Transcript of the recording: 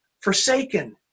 forsaken